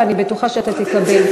ואני בטוחה שאתה תקבל תשובה.